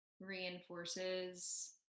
reinforces